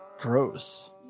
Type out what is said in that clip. Gross